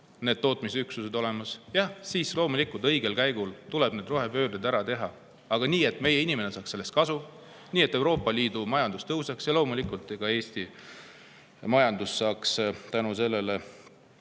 need tootmisüksused olemas, jah, siis loomulikult õigel käigul tuleb need rohepöörded ära teha. Aga nii, et meie inimene saaks sellest kasu, nii, et Euroopa Liidu majandus tõuseks ja loomulikult ka Eesti majandus saaks tänu selleleboost'i